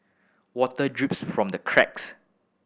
water drips from the cracks